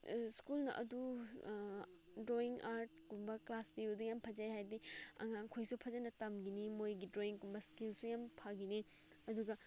ꯁ꯭ꯀꯨꯜꯅ ꯑꯗꯨ ꯗ꯭ꯔꯣꯋꯤꯡ ꯑꯥꯔꯠꯀꯨꯝꯕ ꯀ꯭ꯂꯥꯁ ꯄꯤꯕꯗꯨ ꯌꯥꯝ ꯐꯖꯩ ꯍꯥꯏꯕꯗꯤ ꯑꯉꯥꯡꯈꯣꯏꯁꯨ ꯐꯖꯅ ꯇꯝꯒꯅꯤ ꯃꯣꯏꯒꯤ ꯗ꯭ꯔꯣꯋꯤꯡꯒꯨꯝꯕ ꯁ꯭ꯀꯤꯜꯁꯨ ꯌꯥꯝ ꯐꯒꯅꯤ ꯑꯗꯨꯒ